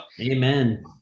amen